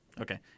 Okay